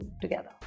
together